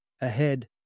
Ahead